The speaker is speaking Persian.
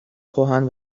کهن